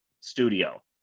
studio